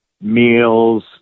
meals